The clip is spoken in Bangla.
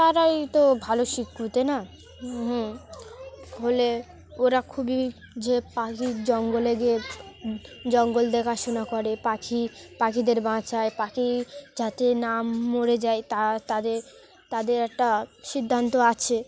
তারাই তো ভালো শিক্ষিত না হুম ফলে ওরা খুবই যে পাখি জঙ্গলে গিয়ে জঙ্গল দেখাশোনা করে পাখি পাখিদের বাঁচায় পাখি যাতে না মরে যায় তা তাদের তাদের একটা সিদ্ধান্ত আছে